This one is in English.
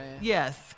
Yes